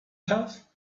have